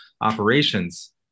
operations